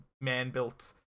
man-built